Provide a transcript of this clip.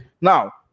Now